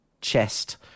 Chest